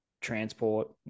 transport